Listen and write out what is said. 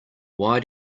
why